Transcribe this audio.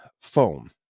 foam